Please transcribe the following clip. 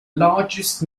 largest